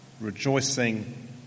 rejoicing